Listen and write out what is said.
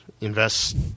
invest